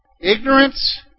Ignorance